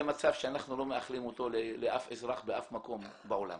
זה מצב שאנחנו לא מאחלים אותו לאף אזרח באף מקום בעולם.